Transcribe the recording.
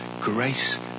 grace